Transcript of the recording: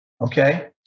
okay